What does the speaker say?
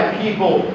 people